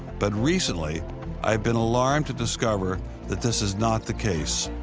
but recently i've been alarmed to discover that this is not the case.